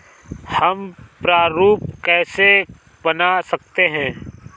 हम प्रारूप कैसे बना सकते हैं?